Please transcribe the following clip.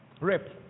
Rep